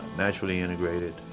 naturally integrated,